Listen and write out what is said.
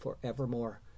forevermore